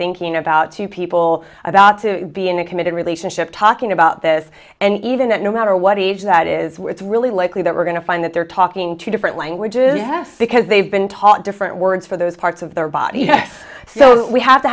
thinking about two people about to be in a committed relationship talking about this and even that no matter what age that is where it's really likely that we're going to find that they're talking to different languages or because they've been taught different words for those parts of their bodies so we have t